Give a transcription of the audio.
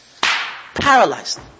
Paralyzed